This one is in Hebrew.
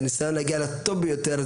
והניסיון להגיע לטוב ביותר,